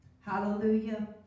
Hallelujah